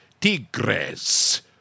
Tigres